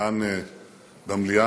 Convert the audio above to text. כאן במליאה,